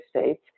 states